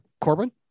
Corbin